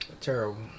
Terrible